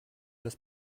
das